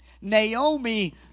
Naomi